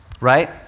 right